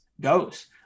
goes